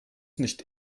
nicht